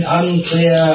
unclear